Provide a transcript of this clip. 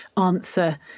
answer